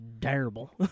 terrible